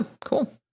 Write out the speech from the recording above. cool